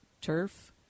turf